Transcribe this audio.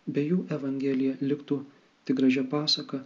be jų evangelija liktų tik gražia pasaka